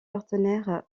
partenaires